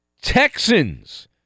Texans